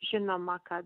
žinoma kad